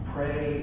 Pray